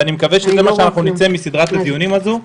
ואני מקווה שעם זה נצא מסדרת הדיונים הזו.